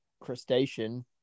crustacean